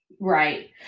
Right